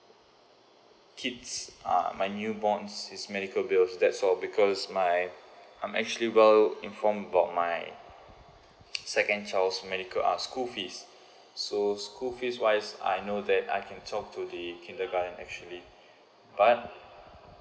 kids uh my newborn his medical bills that so because my I'm actually well inform about my second child medical uh school fees so school fees wise I know that I can talk to the kindergarten actually but